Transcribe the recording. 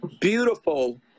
beautiful